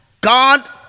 God